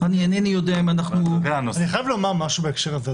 אינני יודע אם אנחנו --- אני חייב לומר משהו בהקשר הזה,